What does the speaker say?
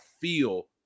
feel